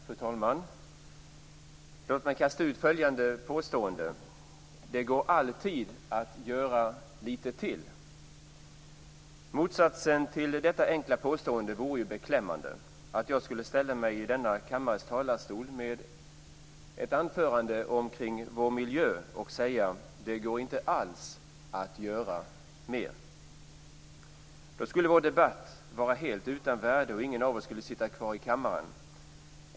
Fru talman! Låt mig kasta ut följande påstående: Det går alltid att göra lite till! Motsatsen till detta enkla påstående vore beklämmande, att jag skulle ställa mig i denna kammares talarstol med ett anförande om vår miljö och säga: Det går inte alls att göra mer! Då skulle vår debatt vara helt utan värde. Ingen av oss skulle sitta kvar i kammaren.